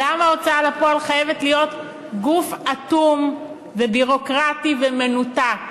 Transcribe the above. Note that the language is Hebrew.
למה ההוצאה לפועל חייבת להיות גוף אטום וביורוקרטי ומנותק?